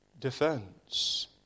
defense